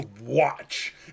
watch